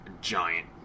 giant